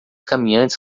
caminhantes